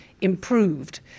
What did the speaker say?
improved